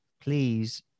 please